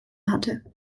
hatte